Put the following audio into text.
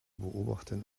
beobachten